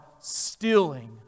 stealing